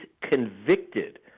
convicted